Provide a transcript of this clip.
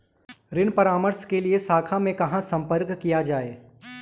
ऋण परामर्श के लिए शाखा में कहाँ संपर्क किया जाए?